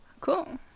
Cool